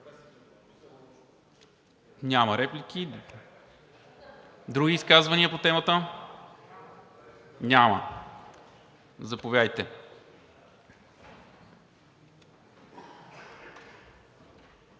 Няма реплики. Други изказвания по темата? Няма. Заповядайте.